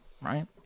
Right